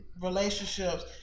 relationships